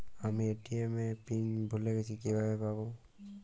আমি এ.টি.এম এর পিন ভুলে গেছি কিভাবে পাবো?